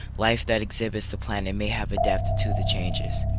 life that exhibits the planet may have adapted to the changes.